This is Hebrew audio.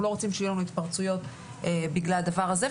אנחנו לא רוצים שיהיו לנו התפרצויות בגלל הדבר הזה.